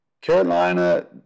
Carolina